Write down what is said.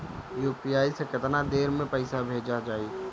UPI से केतना देर मे पईसा भेजा जाई?